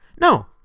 No